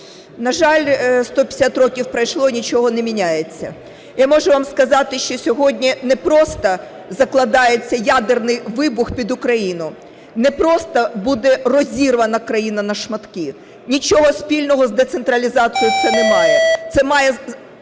На жаль, 150 років пройшло – нічого не міняється. Я можу сказати, що сьогодні не просто закладається ядерний вибух під Україну, не просто буде розірвана країна на шматки, нічого спільного з децентралізацією це не має, це має